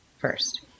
first